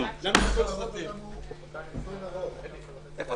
10:29.